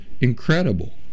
incredible